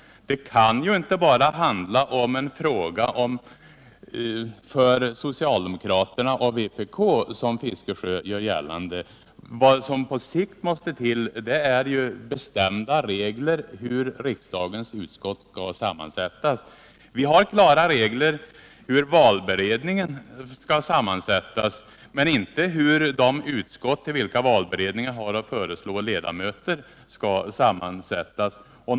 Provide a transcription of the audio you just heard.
Det kan inte vara en fråga enbart för socialdemokraterna och vpk, vilket herr Fiskesjö gör gällande. Vad som på sikt måste till är bestämda regler för hur riksdagens utskott skall sammansättas. Vi har klara regler för hur valberedningen skall sammansättas men inte för sammansättningen av de utskott till vilka valberedningen har att föreslå ledamöter.